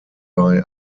bei